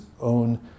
own